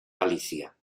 galicia